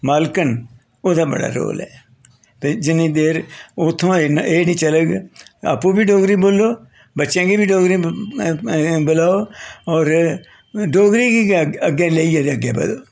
मालकन ओह्दा बड़ा रोल ऐ ते जि'न्नी देर उत्थुआं एह् निं चलग आपूं बी डोगरी बोलो बच्चें गी बी डोगरी बुलाओ होर डोगरी गी गै अग्गें लेइयै गै अग्गें बधो